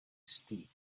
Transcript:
steep